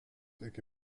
iki